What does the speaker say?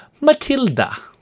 Matilda